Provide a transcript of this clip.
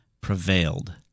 prevailed